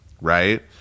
right